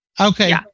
Okay